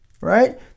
right